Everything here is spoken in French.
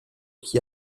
qui